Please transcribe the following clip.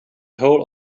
whole